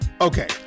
Okay